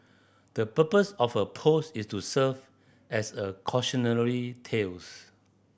the purpose of her post is to serve as a cautionary tales